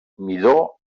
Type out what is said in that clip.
midó